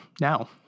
now